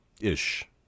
ish